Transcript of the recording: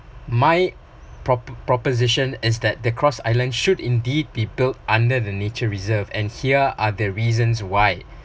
my propo~ proposition is that the cross island should indeed be built under the nature reserve and here are the reasons why